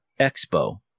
Expo